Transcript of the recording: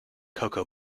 cocoa